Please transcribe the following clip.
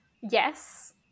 yes